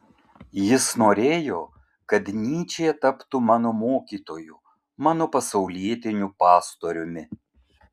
jis norėjo kad nyčė taptų mano mokytoju mano pasaulietiniu pastoriumi